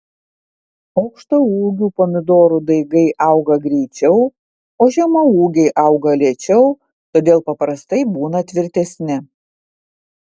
aukštaūgių pomidorų daigai auga greičiau o žemaūgiai auga lėčiau todėl paprastai būna tvirtesni